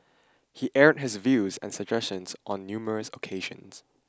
he aired his views and suggestions on numerous occasions